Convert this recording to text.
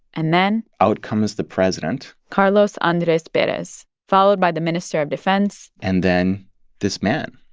and then. out comes the president carlos andres perez, followed by the minister of defense and then this man,